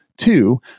Two